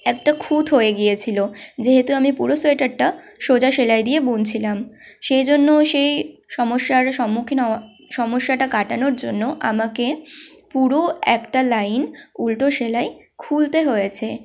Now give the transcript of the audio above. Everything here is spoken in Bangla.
একটা খুঁত হয়ে গিয়েছিল যেহেতু আমি পুরো সোয়েটারটা সোজা সেলাই দিয়ে বুনছিলাম সেই জন্য সেই সমস্যার সম্মুখীন হওয়া সমস্যাটা কাটানোর জন্য আমাকে পুরো একটা লাইন উলটো সেলাই খুলতে হয়েছে